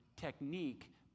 technique